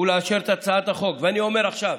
ולאשר את הצעת החוק, ואני אומר עכשיו,